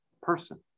person